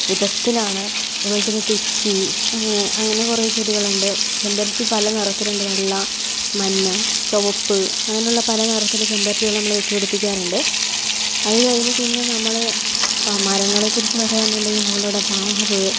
വിധത്തിലാണ് അതുപോലെത്തന്നെ തെച്ചി അങ്ങനെ അങ്ങനെ കുറേ ചെടികളുണ്ട് ചെമ്പരത്തി പല നിറത്തിലുണ്ട് വെള്ള മഞ്ഞ ചുവപ്പ് അങ്ങനെയുള്ള പല നിറത്തിൽ ചെമ്പരത്തികൾ വച്ചു പിടിപ്പിക്കാറുണ്ട് അതുകഴിഞ്ഞ് പിന്നെ നമ്മൾ ഇപ്പോൾ മരങ്ങളെക്കുറിച്ച് പറയാനുണ്ടെങ്കിൽ നമ്മളുടെ മാവ്